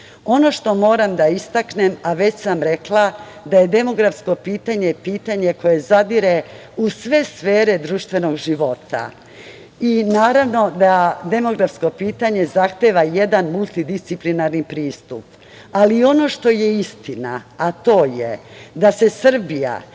što moram da istaknem, a već sam rekla da je demografsko pitanje pitanje koje zadire u sve sfere društvenog života. Naravno da demografsko pitanje zahteva i jedan multidisciplinarni pristup. Ali, ono što je istina, a to je da se Srbija